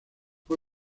fue